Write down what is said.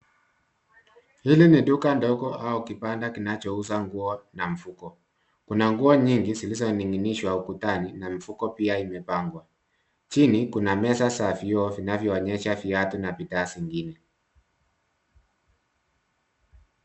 Hili ni duka ndogo au kibanda kinachouza nguo na mfuko. Kuna nguo nyingi zilizoning'inishwa ukutani na mifuko pia imepangwa. Chini kuna meza za vioo vinavyoonyesha viatu na bidhaa zingine.